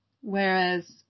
Whereas